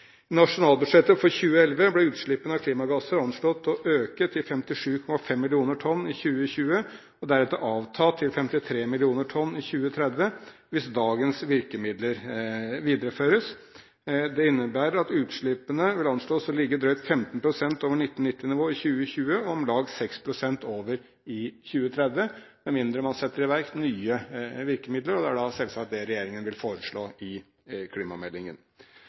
nasjonalbudsjettet for 2011 blir utslippene av klimagasser anslått å øke til 57,5 mill. tonn i 2020 og deretter avta til 53 mill. tonn i 2030 hvis dagens virkemidler videreføres. Det innebærer at utslippene vil anslås å ligge drøyt 15 pst. over 1990-nivå i 2020 og om lag 6 pst. over i 2030, med mindre man setter i verk nye virkemidler, og det er selvsagt det regjeringen vil foreslå i klimameldingen.